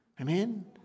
Amen